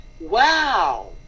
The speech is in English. wow